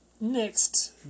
Next